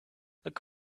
look